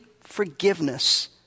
forgiveness